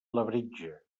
labritja